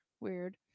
Weird